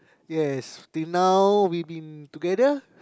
yes till now we been together